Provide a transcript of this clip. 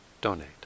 donate